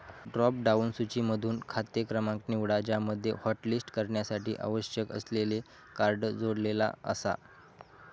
drop down सूचीमधसून खाते क्रमांक निवडा ज्यामध्ये हॉटलिस्ट करण्यासाठी आवश्यक असलेले कार्ड जोडलेला आसा